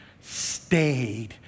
stayed